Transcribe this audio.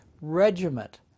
regiment